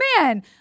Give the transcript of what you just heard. man